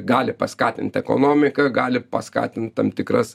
gali paskatint ekonomiką gali paskatint tam tikras